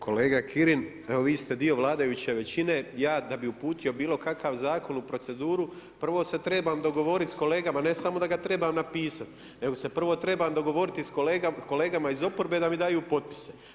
Kolega Kirin, evo vi ste dio vladajuće većine, ja da bih uputio bilo kakav zakon u proceduru prvo se trebam dogovoriti sa kolegama, ne samo da ga trebam napisati, nego se prvo trebam dogovoriti sa kolegama iz oporbe da mi daju potpise.